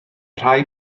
rhai